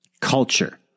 Culture